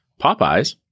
Popeyes